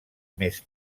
més